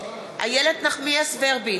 איילת נחמיאס ורבין,